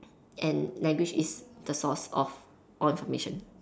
and language is the source of all information